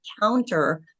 counter